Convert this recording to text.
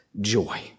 joy